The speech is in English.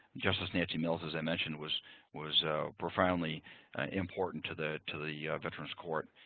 just as nancy mills, as i mentioned was was profoundly important to the to the veterans court.